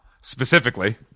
specifically